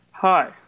Hi